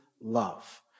love